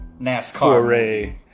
NASCAR